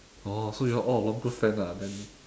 oh so you all along good friend lah then